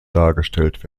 dargestellt